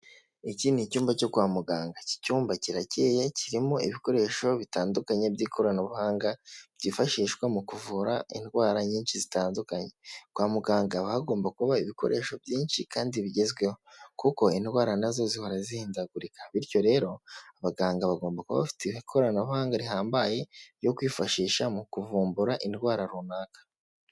Iki ni icyumba cyo kwa muganga iki cyumba kirakeye kirimo ibikoresho bitandukanye by'ikoranabuhanga byifashishwa mu kuvura indwara nyinshi zitandukanye. Kwa muganga haba hagomba kuba ibikoresho byinshi kandi bigezweho kuko indwara nazo zihora zihindagurika, bityo rero abaganga bagomba kuba bafite ikoranabuhanga rihambaye ryo kwifashisha mu kuvumbura indwara runaka.